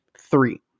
three